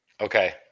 Okay